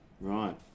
Right